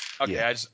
Okay